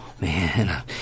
Man